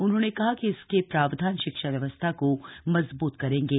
उन्होंने कहा कि इसके प्रावधान शिक्षा व्यवस्था को मजबूत करेंगे